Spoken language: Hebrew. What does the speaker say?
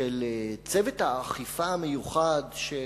של צוות האכיפה המיוחד של